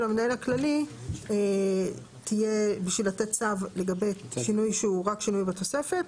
המנהל הכללי תהיה בשביל לתת צו לגבי שינוי שהוא רק שינוי בתוספת.